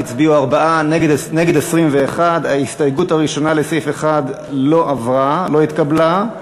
אנחנו עוברים להצבעה על ההסתייגות הראשונה לסעיף 1. ההסתייגות (1) של קבוצת סיעת יהדות התורה לסעיף 1 לא נתקבלה.